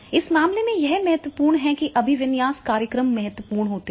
इस मामले में यह महत्वपूर्ण है कि यह अभिविन्यास कार्यक्रम महत्वपूर्ण है